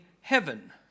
heaven